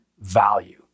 value